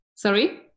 Sorry